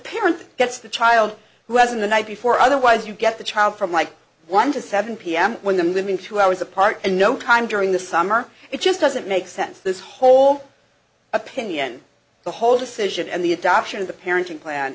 parent gets the child who has been the night before otherwise you get the child from like one to seven pm when them in two hours apart and no time during the summer it just doesn't make sense this whole opinion the whole decision and the adoption of the parenting plan